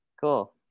Cool